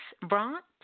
brought